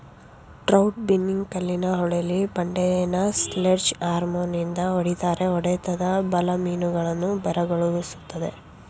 trout ಬಿನ್ನಿಂಗ್ ಕಲ್ಲಿನ ಹೊಳೆಲಿ ಬಂಡೆನ ಸ್ಲೆಡ್ಜ್ ಹ್ಯಾಮರ್ನಿಂದ ಹೊಡಿತಾರೆ ಹೊಡೆತದ ಬಲ ಮೀನುಗಳನ್ನು ಬೆರಗುಗೊಳಿಸ್ತದೆ